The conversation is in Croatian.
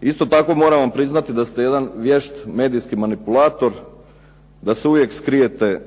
Isto tako, moram vam priznati da ste jedan vješt medijski manipulator, da se uvijek skrijete